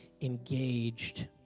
engaged